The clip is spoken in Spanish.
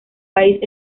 país